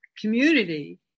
community